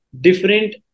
different